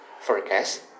Forecast